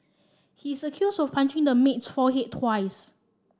he is accused of punching the maid's forehead twice